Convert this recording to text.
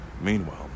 Meanwhile